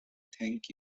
thank